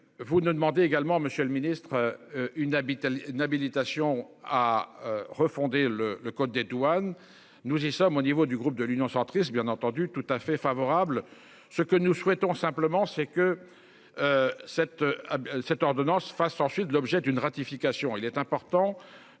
Vous ne demandez également Monsieur le Ministre. Une habitante n'habilitation à refonder le le code des douanes. Nous y sommes au niveau du groupe de l'Union centriste. Bien entendu, tout à fait favorable. Ce que nous souhaitons simplement c'est que. Cette à cette ordonnance face ensuite l'objet d'une ratification.